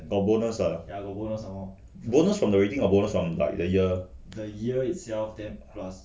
got bonus ah bonus from the rating or bonus from like the year